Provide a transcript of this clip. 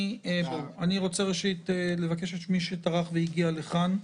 אני רוצה לבקש לשמוע את מי שטרח והגיע לכאן.